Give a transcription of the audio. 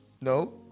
No